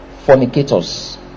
Fornicators